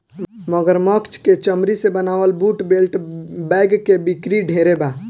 मगरमच्छ के चमरी से बनावल बूट, बेल्ट, बैग के बिक्री ढेरे बा